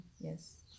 yes